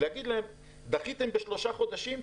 להגיד להם: דחיתם בשלושה חודשים,